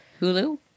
Hulu